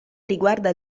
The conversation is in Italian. riguarda